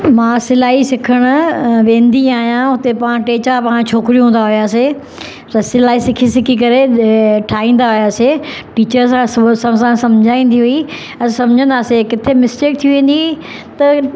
मां सिलाई सिखण अ वेंदी आहियां हुते पाण टे चारि पाण छोकिरियूं हूंदा हुआसीं त सिलाई सिखी सिखी करे अ ठाहींदा हुआसीं टीचर सां सभु सम्झाईंदी हुई असां सम्झंदासि किथे मिस्टेक थी वेंदी त